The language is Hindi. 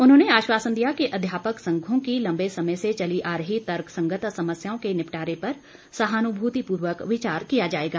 उन्होंने आश्वासन दिया कि अध्यापक संघों की लंबे समय से चली आ रही तर्कसंगत समस्याओं के निपटारे पर सहानुभूतिपूर्वक विचार किया जाएगा